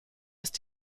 ist